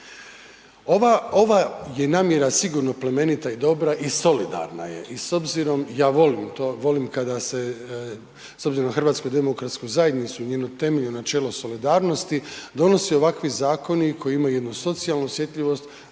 Ova je namjera sigurno plemenita i dobra i solidarna je i s obzirom, ja volim to, volim kada se s obzirom na HDZ i njeno temeljno načelo solidarnosti donose ovakvi zakoni koji imaju jednu socijalnu osjetljivost